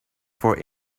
for